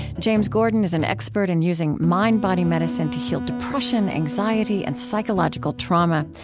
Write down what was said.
james gordon is an expert in using mind-body medicine to heal depression, anxiety, and psychological trauma.